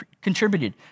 contributed